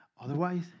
Otherwise